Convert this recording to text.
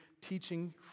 teaching